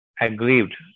aggrieved